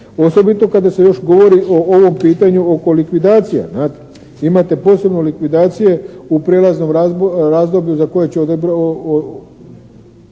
osobito kada se još govori o ovom pitanju oko likvidacije. Imate posebno likvidacije u prijelaznom razdoblju za koje će rješenje